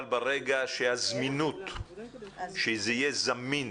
אבל ברגע שזה יהיה זמין